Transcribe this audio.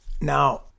Now